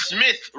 Smith